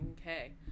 Okay